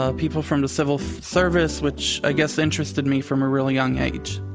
ah people from the civil service, which i guess interested me from a really young age.